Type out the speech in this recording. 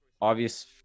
obvious